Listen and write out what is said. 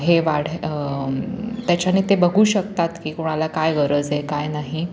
हे वाढ त्याच्याने ते बघू शकतात की कोणाला काय गरज आहे काय नाही